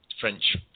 French